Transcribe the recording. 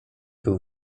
był